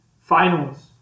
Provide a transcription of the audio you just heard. finals